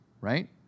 right